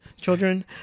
children